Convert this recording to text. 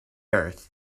earth